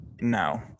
No